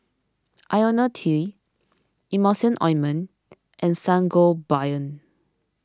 Lonil T Emulsying Ointment and Sangobion